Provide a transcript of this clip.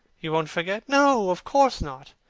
you won't forget? no, of course not,